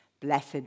Blessed